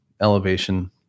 elevation